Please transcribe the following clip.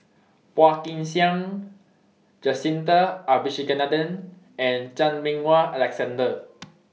Phua Kin Siang Jacintha Abisheganaden and Chan Meng Wah Alexander